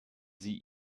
sie